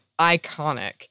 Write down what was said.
iconic